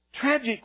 Tragic